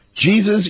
Jesus